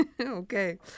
Okay